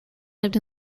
lived